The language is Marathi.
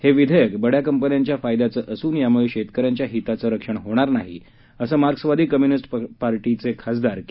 हे विधेयक बड्या कंपन्यांच्या फायद्याचं असून यामुळे शेतकऱ्यांच्या हिताचं रक्षण होणार नाही असं मार्क्स वादी कम्युनिस्ट पार्टीचे खासदार के